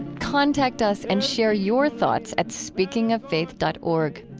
contact us and share your thoughts at speakingoffaith dot org.